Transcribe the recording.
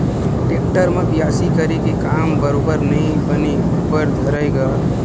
tractor म बियासी करे के काम बरोबर नइ बने बर धरय गा